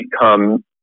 become